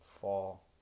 fall